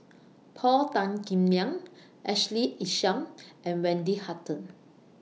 Paul Tan Kim Liang Ashley Isham and Wendy Hutton